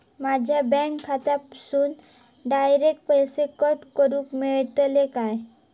माझ्या बँक खात्यासून डायरेक्ट पैसे कट करूक मेलतले काय?